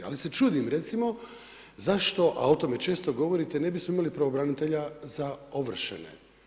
Ali se čudim, recimo zašto, a o tome često govorite, ne bismo imali pravobranitelja za ovršene?